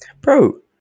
bro